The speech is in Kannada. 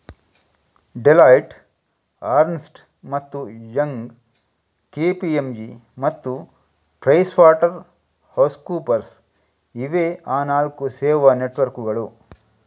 ಡೆಲಾಯ್ಟ್, ಅರ್ನ್ಸ್ಟ್ ಮತ್ತು ಯಂಗ್, ಕೆ.ಪಿ.ಎಂ.ಜಿ ಮತ್ತು ಪ್ರೈಸ್ವಾಟರ್ ಹೌಸ್ಕೂಪರ್ಸ್ ಇವೇ ಆ ನಾಲ್ಕು ಸೇವಾ ನೆಟ್ವರ್ಕ್ಕುಗಳು